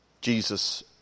Jesus